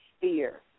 fear